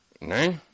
No